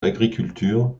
l’agriculture